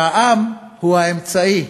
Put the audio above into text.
שהעם הוא האמצעי.